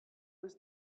was